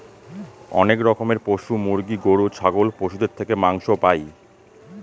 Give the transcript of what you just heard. অনেক রকমের পশু মুরগি, গরু, ছাগল পশুদের থেকে মাংস পাই